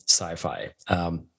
sci-fi